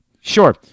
Sure